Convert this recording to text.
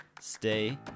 stay